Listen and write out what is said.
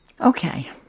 Okay